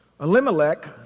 Elimelech